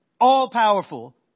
all-powerful